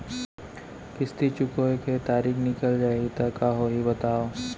किस्ती चुकोय के तारीक निकल जाही त का होही बताव?